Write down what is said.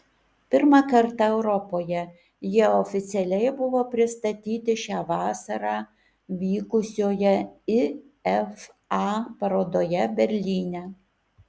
pirmą kartą europoje jie oficialiai buvo pristatyti šią vasarą vykusioje ifa parodoje berlyne